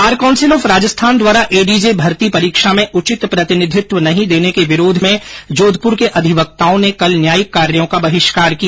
bar council of Rajasthan द्वारा ADJ भर्ती परीक्षा में उचित प्रतिनिधित्व नहीं देने के विरोध में जोधपुर के अधिवक्ताओं ने कल न्यायिक कार्यों का बहिष्कार किया